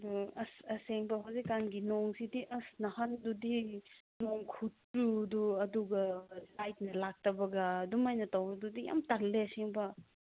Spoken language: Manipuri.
ꯑꯣ ꯑꯁ ꯑꯁꯦꯡꯕ ꯍꯧꯖꯤꯛꯀꯥꯟꯒꯤ ꯅꯣꯡꯁꯤꯗꯤ ꯑꯁ ꯅꯍꯥꯟꯗꯨꯗꯤ ꯅꯣꯡ ꯈꯨꯆꯨꯗꯨ ꯑꯗꯨꯒ ꯂꯥꯏꯠꯅ ꯂꯥꯛꯇꯕꯒ ꯑꯗꯨꯃꯥꯏꯅ ꯇꯧꯗꯨꯗꯤ ꯌꯥꯝ ꯇꯜꯂꯦ ꯑꯁꯦꯡꯕ